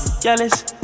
jealous